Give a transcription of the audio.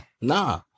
Nah